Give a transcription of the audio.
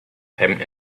payment